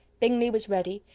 bingley was ready,